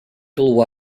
pelo